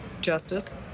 justice